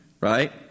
right